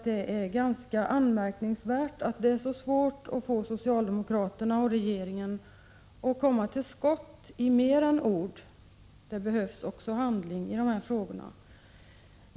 Det är ganska anmärkningsvärt att det är så svårt att få socialdemokraterna och regeringen att komma till skott i mer än ord. Det behövs också handling i dessa frågor.